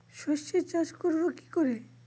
সর্ষে চাষ করব কি করে?